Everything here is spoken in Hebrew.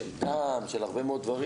של דם, של הרבה מאוד דברים.